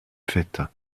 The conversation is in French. faite